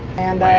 and